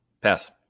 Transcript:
Pass